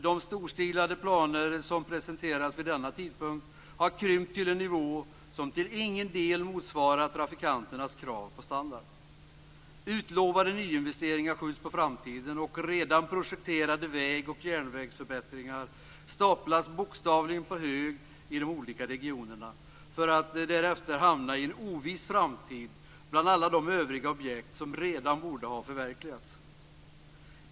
De storstilade planer som presenterades vid den tidpunkten har krympt till en nivå som till ingen del motsvarar trafikanternas krav på standard. Utlovade nyinvesteringar skjuts på framtiden, och redan projekterade väg och järnvägsförbättringar staplas bokstavligen på hög i de olika regionerna, för att därefter hamna i en oviss framtid bland alla de övriga objekt som redan borde ha förverkligats.